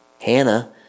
Hannah